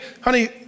honey